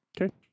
Okay